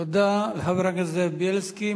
תודה לחבר הכנסת זאב בילסקי.